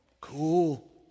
cool